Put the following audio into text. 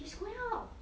he's going out